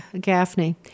Gaffney